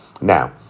Now